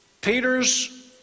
Peter's